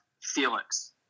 Felix